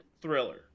thriller